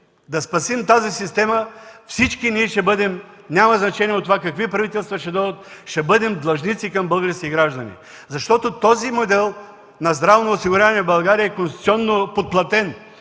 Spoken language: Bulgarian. да спасим тази система, всички ние ще бъдем, няма значение какви правителства ще дойдат, длъжници към българските граждани! Този модел на здравно осигуряване в България е конституционно подплатен!